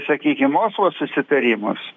sakykim oslo susitarimus